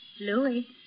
Louis